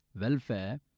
welfare